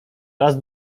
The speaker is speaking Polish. raz